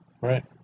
Right